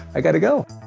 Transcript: i got to go.